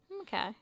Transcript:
Okay